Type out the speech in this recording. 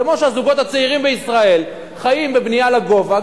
כמו שהזוגות הצעירים בישראל חיים בבנייה לגובה,